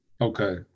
Okay